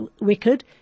wicked